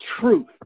truth